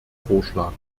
vorschlag